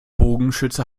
bogenschütze